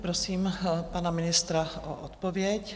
Prosím pana ministra o odpověď.